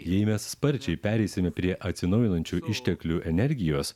jei mes sparčiai pereisime prie atsinaujinančių išteklių energijos